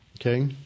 Okay